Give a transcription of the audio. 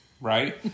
Right